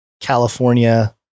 California